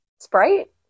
Sprite